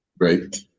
Right